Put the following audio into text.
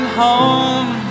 home